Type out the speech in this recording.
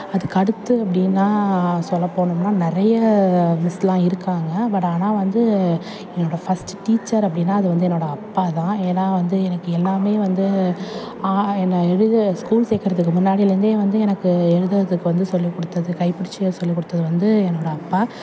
அதுக்கு அடுத்து அப்படின்னா சொல்ல போனோம்னா நிறைய மிஸ்லாம் இருக்காங்க பட் ஆனால் வந்து என்னோட ஃபர்ஸ்ட்டு டீச்சர் அப்படின்னா அது வந்து என்னோட அப்பா தான் ஏன்னா வந்து எனக்கு எல்லாமே வந்து ஆ என்ன எழுத ஸ்கூல் சேர்க்குறதுக்கு முன்னாடிலருந்தே வந்து எனக்கு எழுதுறதுக்கு வந்து சொல்லி கொடுத்தது கை பிடிச்சி எழுத சொல்லிக்கொடுத்தது வந்து என்னோட அப்பா